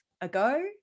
ago